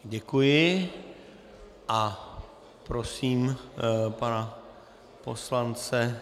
Děkuji a prosím pana poslance.